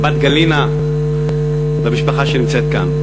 האחות גלינה והמשפחה שנמצאת כאן,